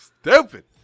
Stupid